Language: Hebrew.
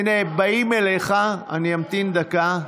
הינה, באים אליך, אני אמתין דקה.